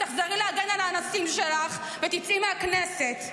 תחזרי להגן על האנסים שלך ותצאי מהכנסת.